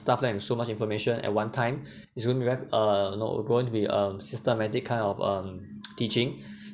stuff them so much information at one time is going to have uh know we're going to be um systematic kind of um teaching